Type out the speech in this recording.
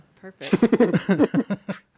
perfect